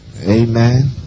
Amen